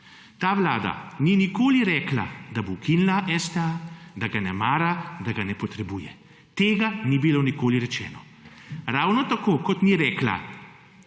Ta vlada ni nikoli rekla, da bo ukinila STA, da ga ne mara, da ga ne potrebuje. Tega ni bilo nikoli rečeno. Ravno tako, kot ni rekla,